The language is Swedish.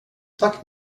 tack